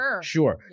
sure